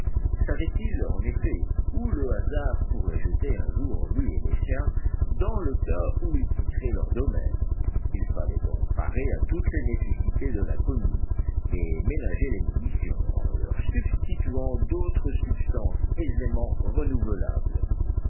savait-il en effet où le hasard pourrait jeter un jour lui et les siens dans le cas où ils quitteraient leur domaine il fallait donc parer à toutes les nécessités de l'inconnu et ménager les munitions en leur substituant d'autres substances aisément renouvelables